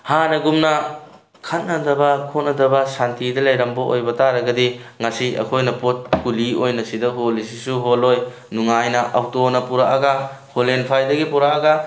ꯍꯥꯟꯅꯒꯨꯝꯅ ꯈꯠꯅꯗꯕ ꯈꯣꯠꯅꯗꯕ ꯁꯥꯟꯇꯤꯗ ꯂꯩꯔꯝꯕ ꯑꯣꯏꯕ ꯇꯥꯔꯒꯗꯤ ꯉꯁꯤ ꯑꯩꯈꯣꯏꯅ ꯄꯣꯠ ꯀꯨꯂꯤ ꯑꯣꯏꯅ ꯁꯤꯗ ꯍꯣꯜꯂꯤꯁꯤꯁꯨ ꯍꯣꯜꯂꯣꯏ ꯅꯨꯡꯉꯥꯏꯅ ꯑꯣꯇꯣꯅ ꯄꯨꯔꯛꯑꯒ ꯍꯣꯂꯦꯟꯐꯑꯏꯗꯒꯤ ꯄꯨꯔꯛꯑꯒ